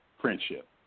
friendship